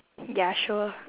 ya sure